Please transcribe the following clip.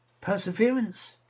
Perseverance